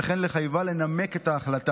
וכן לחייבן לנמק את ההחלטה.